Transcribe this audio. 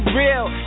real